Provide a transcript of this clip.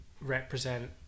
represent